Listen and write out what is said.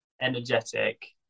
energetic